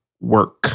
work